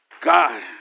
God